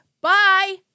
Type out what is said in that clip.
bye